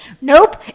nope